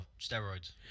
steroids